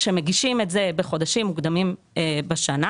כשמגישים את זה בחודשים מוקדמים בשנה,